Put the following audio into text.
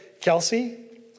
Kelsey